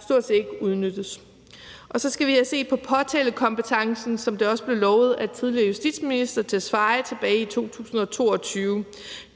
stort set ikke udnyttes. Og så skal vi have set på påtalekompetencen, som det også blev lovet af tidligere justitsminister Mattias Tesfaye tilbage i 2022.